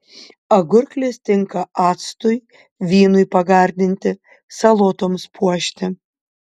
agurklės tinka actui vynui pagardinti salotoms puošti